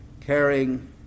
caring